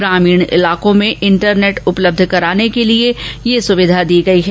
ग्रामीण क्षेत्रों में इंटरनेट उपलब्ध कराने के लिए भी यह सुविधा दी गई है